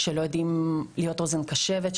שלא יודעים להיות אוזן קשבת,